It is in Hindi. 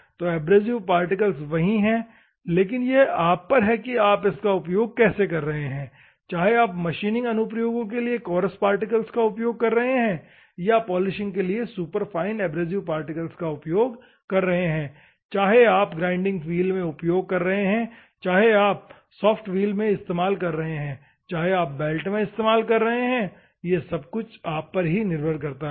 तो एब्रेसिव पार्टिकल वही है लेकिन ये आप पर हैं की आप इसका उपयोग कैसे कर रहे हैं चाहे आप मशीनिंग अनुप्रयोगों के लिए कोरस पार्टिकल्स का उपयोग कर रहे हों या पॉलिशिंग के लिए सुपरफाइन एब्रेसिव पार्टिकल्स का उपयोग कर रहे है चाहे आप ग्राइंडिंग व्हील में उपयोग कर रहे हों चाहे आप सॉफ्ट व्हील में इस्तेमाल कर रहे हों चाहे आप बेल्ट में इस्तेमाल कर रहे हों यह सब आप पर निर्भर करता है